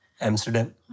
Amsterdam